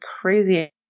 crazy